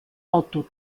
auto